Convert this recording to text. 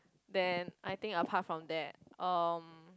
then I think apart from that um